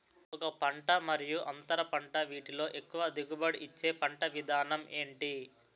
ఒక పంట మరియు అంతర పంట వీటిలో ఎక్కువ దిగుబడి ఇచ్చే పంట విధానం ఏంటి?